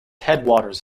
headwaters